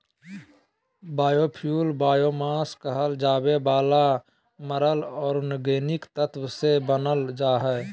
biofuel biomass कहल जावे वाला मरल ऑर्गेनिक तत्व से बनावल जा हइ